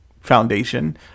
Foundation